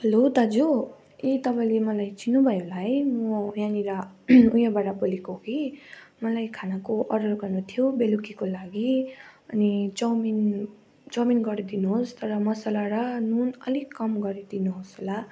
hello दाजु ए तपाईँले मलाई चिन्नुभयो होला है म यहाँनिर उयाबाट बोलेको कि मलाई खानाको अर्डर गर्नु थियो बेलुकीको लागि अनि चाउमिन चाउमिन गरि दिनुहोस् तर मलाई मसाला र नुन अलिक कम गरिदिनुहोस् होला